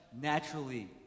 naturally